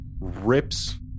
rips